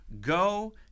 Go